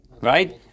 Right